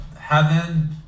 heaven